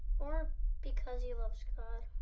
or because he loves god?